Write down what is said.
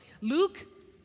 Luke